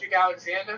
Alexander